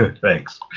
ah thanks